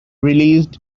released